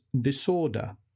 disorder